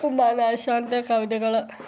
കുമാരനാശാൻ്റെ കവിതകള്